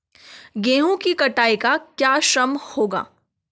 गेहूँ की कटाई का क्या श्रम होगा?